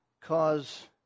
cause